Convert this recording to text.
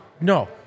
No